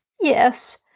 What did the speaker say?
Yes